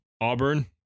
Auburn